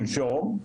שלשום,